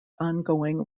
ongoing